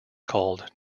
called